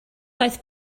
daeth